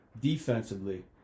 defensively